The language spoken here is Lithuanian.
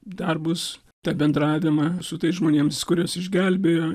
darbus tą bendravimą su tais žmonėms kuriuos išgelbėjo